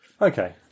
Okay